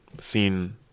seen